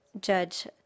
Judge